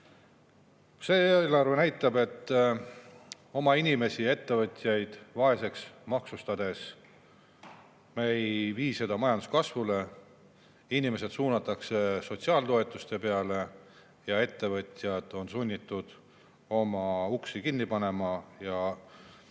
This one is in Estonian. See eelarve näitab, et oma inimesi ja ettevõtjaid vaeseks maksustades me ei vii [riiki] majanduskasvule. Inimesed suunatakse sotsiaaltoetuste peale ja ettevõtjad on sunnitud oma uksi kinni panema, halvemal